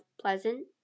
Pleasant